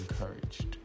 encouraged